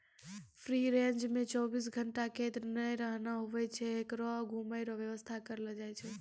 free range मे चौबीस घंटा कैद नै रहना हुवै छै होकरो घुमै रो वेवस्था करलो जाय छै